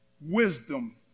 wisdom